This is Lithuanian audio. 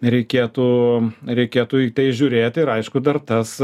reikėtų reikėtų į tai žiūrėt ir aišku dar tas